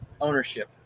ownership